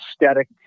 aesthetic